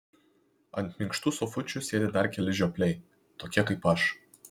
ant minkštų sofučių sėdi dar keli žiopliai tokie kaip aš